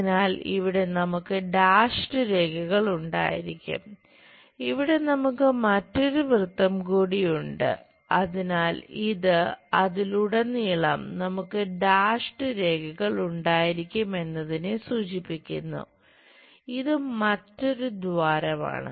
അതിനാൽ ഇവിടെ നമുക്ക് ഡാഷ്ഡ് രേഖകൾ ഉണ്ടായിരിക്കും എന്നതിനെ സൂചിപ്പിക്കുന്നു ഇത് മറ്റൊരു ദ്വാരമാണ്